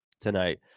tonight